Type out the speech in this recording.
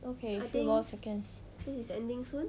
okay few more seconds